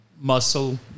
muscle